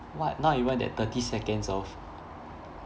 what not even that thirty seconds of